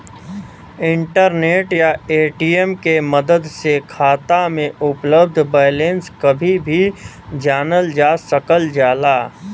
internet या ATM के मदद से खाता में उपलब्ध बैलेंस कभी भी जानल जा सकल जाला